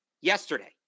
yesterday